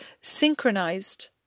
synchronized